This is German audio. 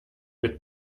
mit